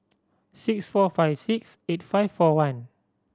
six four five six eight five four one